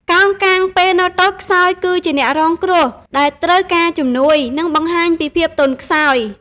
កោងកាងពេលនៅតូចខ្សោយគឺជាអ្នករងគ្រោះដែលត្រូវការជំនួយ និងបង្ហាញពីភាពទន់ខ្សោយ។